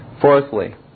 Fourthly